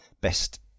best